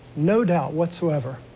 no doubt whatsoever.